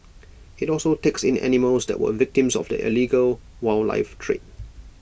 IT also takes in animals that were victims of the illegal wildlife trade